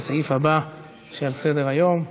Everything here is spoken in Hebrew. לסעיף הבא שעל סדר-היום.